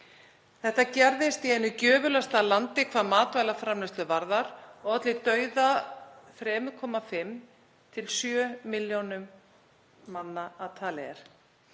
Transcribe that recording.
Þetta gerðist í einu gjöfulasta landi hvað matvælaframleiðslu varðar og olli dauða 3,5–7 milljóna manna að talið er.